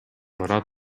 бара